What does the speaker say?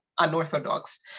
unorthodox